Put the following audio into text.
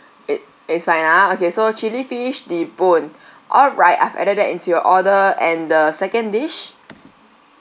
it it is fine ah okay so chili fish debone all right I've added that into your order and the second dish